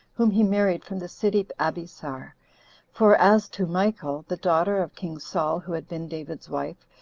whom he married from the city abesar for as to michal, the daughter of king saul, who had been david's wife,